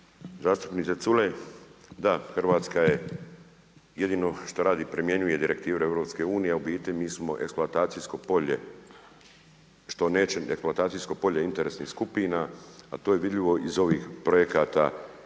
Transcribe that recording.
Zastupniče Culej. Da, Hrvatska je jedino šta radi primjenjuje direktive EU, a u biti mi smo eksploatacijsko polje interesnih skupina, a to je vidljivo iz ovih projekata